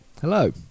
Hello